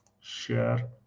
share